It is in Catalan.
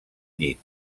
llit